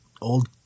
old